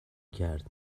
کرد